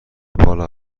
بالا